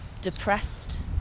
depressed